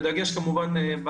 בדגש כמובן,